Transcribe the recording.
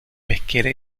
pesquera